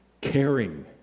caring